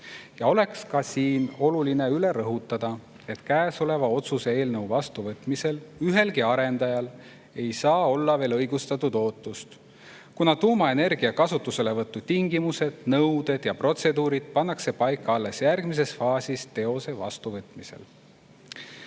Ja oleks ka oluline siin üle rõhutada, et käesoleva otsuse eelnõu vastuvõtmisel ühelgi arendajal ei saa olla veel õigustatud ootust, kuna tuumaenergia kasutuselevõtu tingimused, nõuded ja protseduurid pannakse paika alles järgmises faasis, TEOS‑e vastuvõtmisel.